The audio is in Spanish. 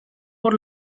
por